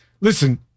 listen